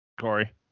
Corey